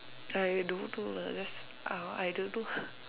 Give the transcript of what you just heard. I don't know lah just ah I don't know